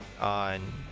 on